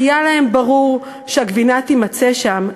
היה להם ברור שהגבינה תימצא שם,